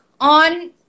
on